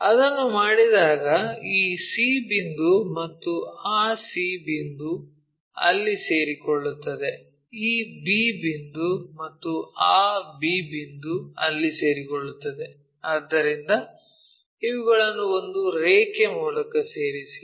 ಅದನ್ನು ಮಾಡಿದಾಗ ಈ c ಬಿಂದು ಮತ್ತು ಆ c ಬಿಂದು ಅಲ್ಲಿ ಸೇರಿಕೊಳ್ಳುತ್ತದೆ ಈ b ಬಿಂದು ಮತ್ತು ಆ b ಬಿಂದು ಅಲ್ಲಿ ಸೇರಿಕೊಳ್ಳುತ್ತದೆ ಆದ್ದರಿಂದ ಇವುಗಳನ್ನು ಒಂದು ರೇಖೆ ಮೂಲಕ ಸೇರಿಸಿ